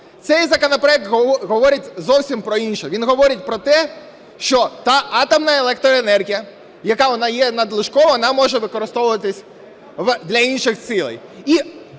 Цей законопроект говорить зовсім про інше. Він говорить про те, що атомна електроенергія, яка вона є надлишковою, вона може використовуватися для інших цілей.